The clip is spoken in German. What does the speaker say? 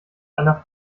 einer